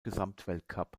gesamtweltcup